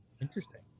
Interesting